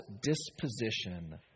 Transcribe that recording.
disposition